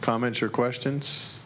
comments or questions